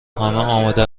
آماده